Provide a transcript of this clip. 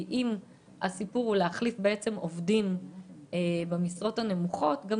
אם הסיפור הוא להחליף עובדים במשרות הנמוכות אז גם